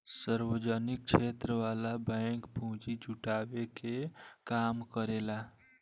सार्वजनिक क्षेत्र वाला बैंक पूंजी जुटावे के काम करेला